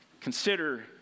Consider